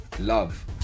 love